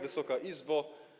Wysoka Izbo!